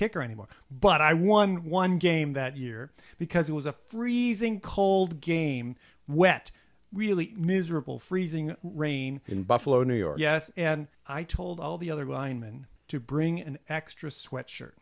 kicker anymore but i won one game that year because it was a freezing cold game wet really miserable freezing rain in buffalo new york yes and i told all the other weinmann to bring an extra sweatshirt